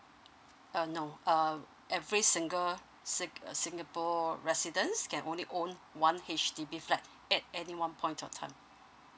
uh no um every single singapore residents can only own one H_D_B flat at any one point of time